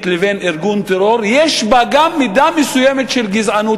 לבין ארגון טרור יש בה גם מידה מסוימת של גזענות,